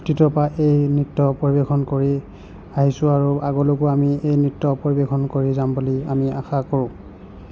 অতীতৰ পৰা এই নৃত্য পৰিৱেশন কৰি আহিছোঁ আৰু আগলৈকো আমি এই নৃত্য পৰিৱেশন কৰি যাম বুলি আমি আশা কৰোঁ